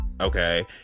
okay